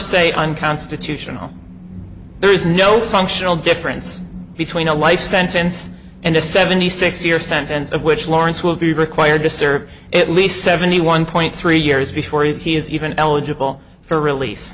se unconstitutional there is no functional difference between a life sentence and a seventy six year sentence of which lawrence will be required to serve at least seventy one point three years before he is even eligible for rel